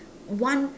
one